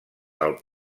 del